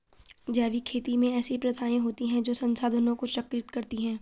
जैविक खेती में ऐसी प्रथाएँ होती हैं जो संसाधनों को चक्रित करती हैं